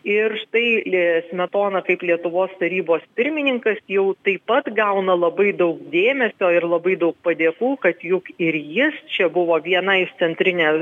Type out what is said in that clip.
ir štai smetona kaip lietuvos tarybos pirmininkas jau taip pat gauna labai daug dėmesio ir labai daug padėkų kad juk ir jis čia buvo viena iš centrinės